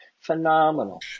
phenomenal